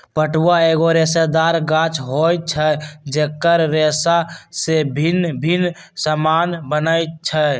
पटुआ एगो रेशेदार गाछ होइ छइ जेकर रेशा से भिन्न भिन्न समान बनै छै